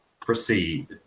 proceed